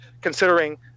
considering